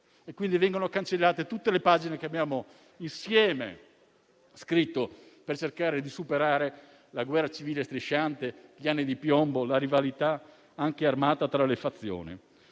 quindi cancellate tutte le pagine che abbiamo scritto insieme per cercare di superare la guerra civile strisciante, gli anni di piombo e la rivalità anche armata tra le fazioni.